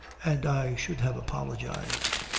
and i should have apologised.